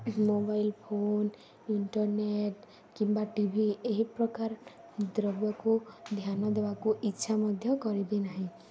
mobile phone internet କିମ୍ବା TV ଏହି ପ୍ରକାର ଦ୍ରବ୍ୟକୁ ଧ୍ୟାନ ଦେବାକୁ ଇଚ୍ଛା ମଧ୍ୟ କରିବି ନାହିଁ